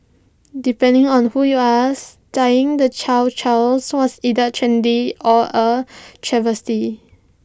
depending on who you ask dyeing the chow Chows was either trendy or A travesty